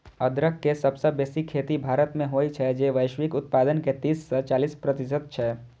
अदरक के सबसं बेसी खेती भारत मे होइ छै, जे वैश्विक उत्पादन के तीस सं चालीस प्रतिशत छै